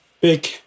big